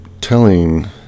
telling